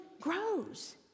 grows